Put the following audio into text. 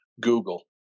Google